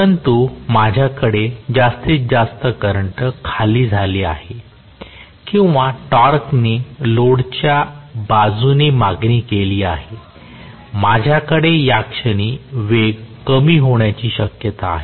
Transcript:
परंतु माझ्याकडे जास्तीत जास्त करंट खाली झाले आहे किंवा टॉर्कने लोडच्या बाजूने मागणी केली आहे माझ्याकडे या क्षणी वेग कमी होण्याची शक्यता आहे